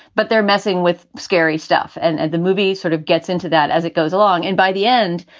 but they're messing with scary stuff. and and the movie sort of gets into that as it goes along. and by the end,